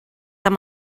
amb